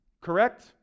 correct